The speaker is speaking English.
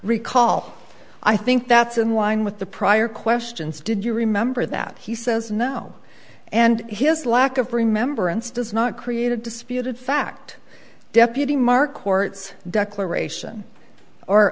recall i think that's in line with the prior questions did you remember that he says no and his lack of remembrance does not create a disputed fact deputy mark orts declaration or